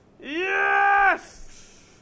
Yes